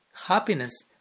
happiness